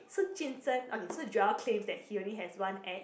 so jun sheng okay so Joel claims that he only has one ex